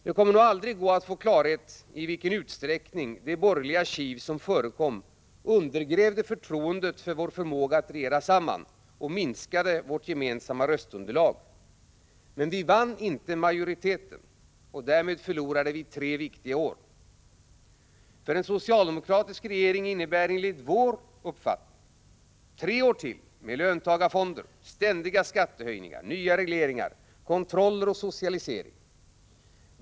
Det kommer nog aldrig att gå att få klarhet om i vilken utsträckning det borgerliga kiv som förekom undergrävde förtroendet för vår förmåga att regera samman och minskade vårt gemensamma röstunderlag. Men vi vann inte majoriteten, och därmed förlorade vi tre viktiga år. För en socialdemokratisk regering innebär enligt vår uppfattning tre år till med löntagarfonder, ständiga skattehöjningar, nya regleringar, kontroller och socialisering.